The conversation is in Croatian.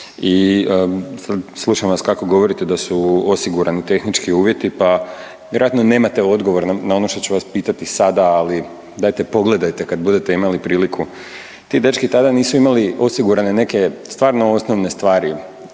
i slušam vas kako govorite da su osigurani tehnički uvjeti pa vjerojatno nemate odgovor na ono što ću vas pitati sada, ali, dajte pogledajte kada budete imali priliku. Ti dečki tada nisu imali osigurane neke stvarno osnovne stvari,